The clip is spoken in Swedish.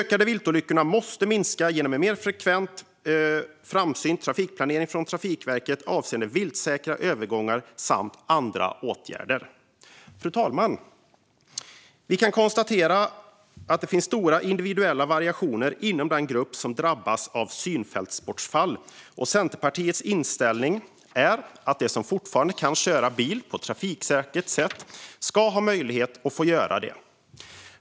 Antalet viltolyckor måste minskas genom en mer framsynt trafikplanering från Trafikverkets sida avseende viltsäkra övergångar och andra åtgärder. Fru talman! Vi kan konstatera att det finns stora individuella variationer inom den grupp som drabbas av synfältsbortfall. Centerpartiets inställning är att de som fortfarande kan köra bil på ett trafiksäkert sätt ska få möjlighet att göra det.